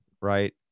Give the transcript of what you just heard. right